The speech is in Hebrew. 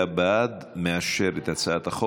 הממשלה לא מתנגדת.